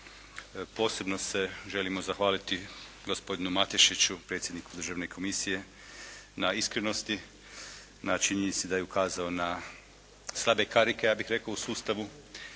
Posebno se želimo zahvaliti gospodinu Matešiću predsjedniku državne komisije na iskrenosti, na činjenici da je ukazao na slabe karike ja bih rekao u sustavu